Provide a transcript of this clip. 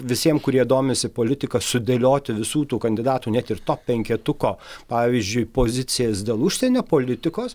visiem kurie domisi politika sudėlioti visų tų kandidatų net ir top penketuko pavyzdžiui pozicijas dėl užsienio politikos